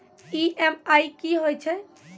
EMI कि होय छै?